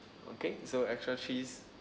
okay so extra cheese